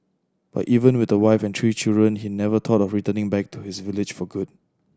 but even with a wife and three children he never thought of returning back to his village for good